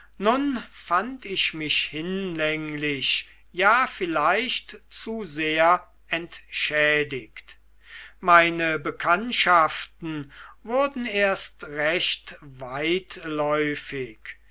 fand ich mich hinlänglich ja vielleicht zu sehr entschädigt meine bekanntschaften wurden erst recht